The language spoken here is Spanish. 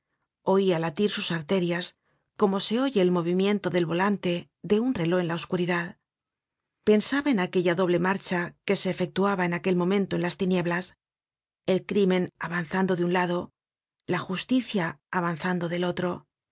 suceder oia latir sus arterias como se oye el movimiento del volante de un reló en la oscuridad pensaba en aquella doble marcha que se efectuaba en aquel momento en las tinieblas el crimen avanzando de un lado la justicia avanzando del otro